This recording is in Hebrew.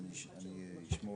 יש בקשה